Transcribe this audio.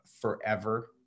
forever